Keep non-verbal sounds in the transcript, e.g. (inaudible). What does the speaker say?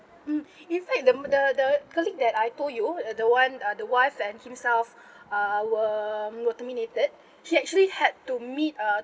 mm in fact the the the colleague that I told you the one uh the wife and himself (breath) uh were were terminated she actually had to meet a